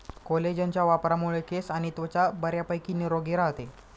कोलेजनच्या वापरामुळे केस आणि त्वचा बऱ्यापैकी निरोगी राहते